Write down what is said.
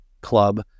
club